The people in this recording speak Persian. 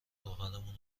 روغنمون